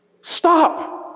Stop